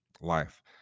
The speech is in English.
life